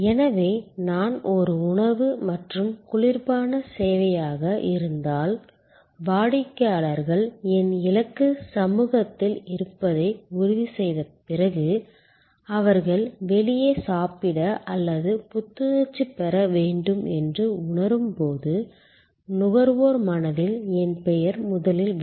எனவே நான் ஒரு உணவு மற்றும் குளிர்பான சேவையாக இருந்தால் வாடிக்கையாளர்கள் என் இலக்கு சமூகத்தில் இருப்பதை உறுதிசெய்த பிறகு அவர்கள் வெளியே சாப்பிட அல்லது புத்துணர்ச்சி பெற வேண்டும் என்று உணரும் போது நுகர்வோர் மனதில் என் பெயர் முதலில் வரும்